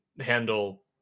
handle